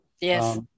Yes